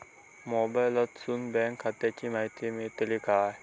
मोबाईलातसून बँक खात्याची माहिती मेळतली काय?